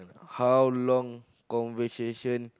how long conversation